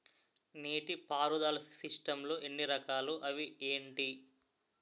నీటిపారుదల సిస్టమ్ లు ఎన్ని రకాలు? అవి ఏంటి?